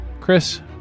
Chris